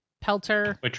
Pelter